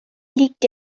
liegt